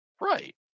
Right